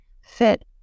fit